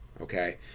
Okay